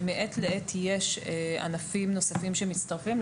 שמעת לעת יש ענפים נוספים שמצטרפים.